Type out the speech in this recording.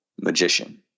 magician